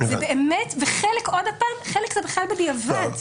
חלק הם בכלל בדיעבד.